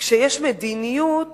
כשיש מדיניות